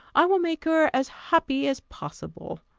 i will make her as happy as possible.